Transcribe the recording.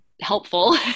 helpful